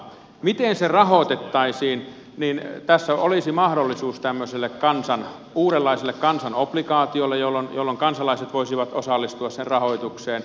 miten se rahoitettaisiin niin tässä olisi mahdollisuus tämmöiselle uudenlaiselle kansanobligaatiolle jolloin kansalaiset voisivat osallistua sen rahoitukseen